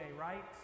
right